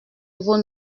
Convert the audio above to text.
vos